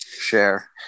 share